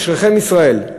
אשריכם ישראל,